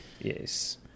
Yes